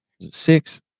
six